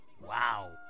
Wow